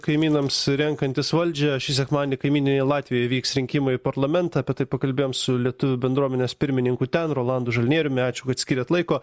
kaimynams renkantis valdžią šį sekmadienį kaimyninėje latvijoje vyks rinkimai į parlamentą apie tai pakalbėjom su lietuvių bendruomenės pirmininku ten rolandu žalnieriumi ačiū kad skyrėt laiko